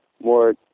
more